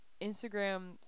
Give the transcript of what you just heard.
Instagram